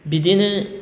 बिदिनो